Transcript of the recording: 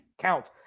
count